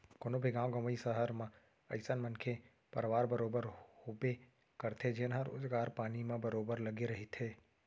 कोनो भी गाँव गंवई, सहर म अइसन मनखे परवार बरोबर होबे करथे जेनहा रोजगार पानी म बरोबर लगे रहिथे